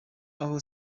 aho